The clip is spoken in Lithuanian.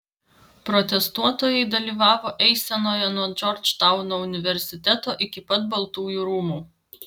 protestuotojai dalyvavo eisenoje nuo džordžtauno universiteto iki pat baltųjų rūmų